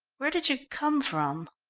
where did you come from?